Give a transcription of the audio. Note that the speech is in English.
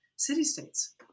city-states